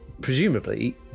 presumably